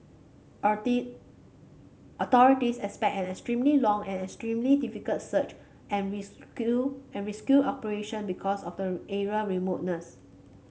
authorities expect an extremely long and extremely difficult search and rescue and rescue operation because of the area remoteness